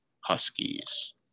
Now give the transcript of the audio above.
Huskies